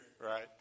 right